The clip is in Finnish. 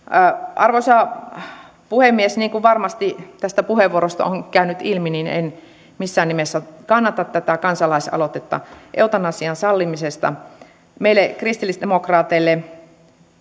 arvoisa puhemies niin kuin varmasti tästä puheenvuorosta on käynyt ilmi niin en missään nimessä kannata tätä kansalaisaloitetta eutanasian sallimisesta meille kristillisdemokraateille